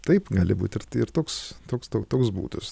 taip gali būti ir ir toks toks to toks būdas